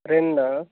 రెండా